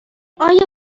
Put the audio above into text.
آیا